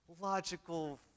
logical